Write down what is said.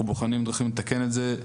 אנחנו בוחנים דרכים לתקן את זה,